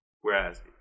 Whereas